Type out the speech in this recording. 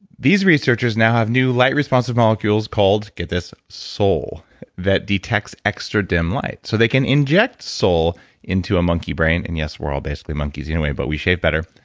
these researchers now have new light responsive molecules called, get this soul that detects extra dim light. so they can inject soul into a monkey brain, and yes we're all basically monkeys anyway but we shave better.